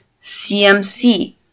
CMC